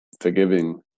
forgiving